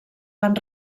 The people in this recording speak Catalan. van